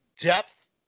depth